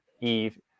Eve